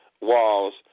walls